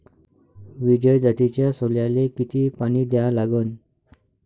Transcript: विजय जातीच्या सोल्याले किती पानी द्या लागन?